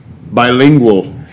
Bilingual